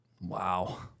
Wow